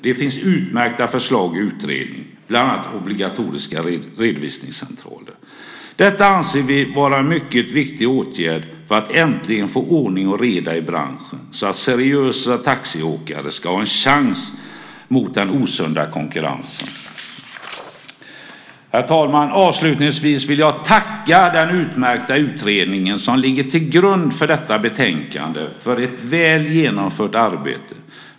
Det finns utmärkta förslag i utredningen, bland annat om obligatoriska redovisningscentraler. Detta anser vi vara en mycket viktig åtgärd för att äntligen få ordning och reda i branschen så att seriösa taxiåkare ska ha en chans mot den osunda konkurrensen. Herr talman! Avslutningsvis vill jag tacka den utmärkta utredningen som ligger till grund för detta betänkande för ett väl genomfört arbete.